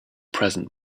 present